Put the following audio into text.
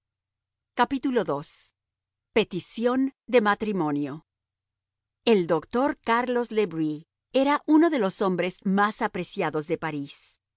fortuna ii petición de matrimonio el doctor carlos le bris era uno de los hombres más apreciados de parís